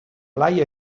blai